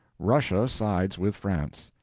russia sides with france.